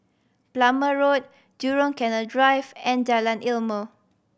Plumer Road Jurong Canal Drive and Jalan Ilmu